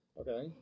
Okay